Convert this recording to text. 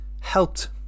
helped